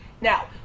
Now